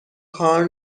کار